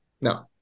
no